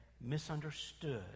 misunderstood